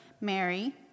Mary